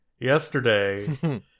yesterday